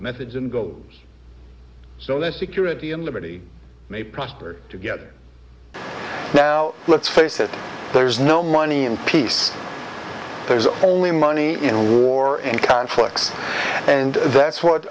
methods and go so that security and liberty may prosper together now let's face it there's no money in peace there's only money in a war and conflicts and that's what